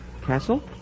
Castle